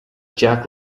jack